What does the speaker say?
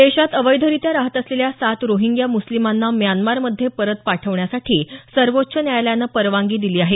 देशात अवैधरित्या राहत असलेल्या सात रोहिंग्या मुस्लिमांना म्यानमारध्ये परत पाठवण्यासाठी सर्वोच्च न्यायालयानं परवानगी दिली आहे